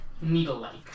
Needle-like